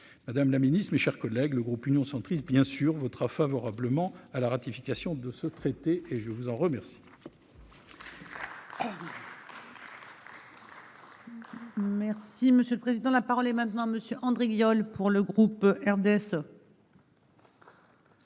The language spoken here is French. Madame la Ministre, mes chers collègues, le groupe Union centriste bien sûr votera favorablement à la ratification de ce traité et je vous en remercie.